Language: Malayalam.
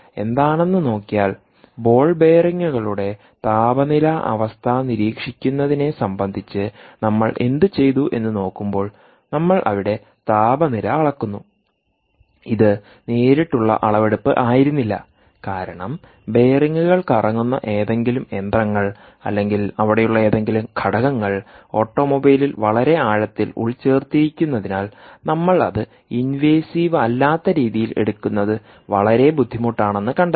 എന്താണെന്ന് നോക്കിയാൽ ബോൾ ബെയറിംഗുകളുടെ താപനില അവസ്ഥ നിരീക്ഷിക്കുന്നതിനെ സംബന്ധിച്ച് നമ്മൾ എന്ത് ചെയ്തു എന്ന് നോക്കുമ്പോൾ നമ്മൾ അവിടെ താപനില അളക്കുന്നു ഇത് നേരിട്ടുള്ള അളവെടുപ്പ് ആയിരുന്നില്ല കാരണം ബെയറിംഗുകൾ കറങ്ങുന്ന ഏതെങ്കിലും യന്ത്രങ്ങൾ അല്ലെങ്കിൽ അവിടെയുള്ള ഏതെങ്കിലും ഘടകങ്ങൾഓട്ടോമൊബൈലിൽ വളരെ ആഴത്തിൽ ഉൾച്ചേർത്തിരിക്കുന്നതിനാൽ നമ്മൾ അത് ഇൻവേസീവ് അല്ലാത്ത രീതിയിൽ എടുക്കുന്നത് വളരെ ബുദ്ധിമുട്ടാണെന്ന് കണ്ടെത്തി